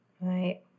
Right